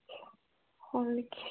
Colgate